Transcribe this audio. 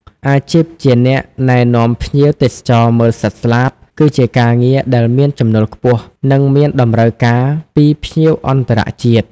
អាជីពជាអ្នកណែនាំភ្ញៀវទេសចរមើលសត្វស្លាប គឺជាការងារដែលមានចំណូលខ្ពស់ និងមានតម្រូវការពីភ្ញៀវអន្តរជាតិ។